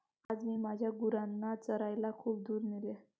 आज मी माझ्या गुरांना चरायला खूप दूर नेले